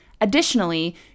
Additionally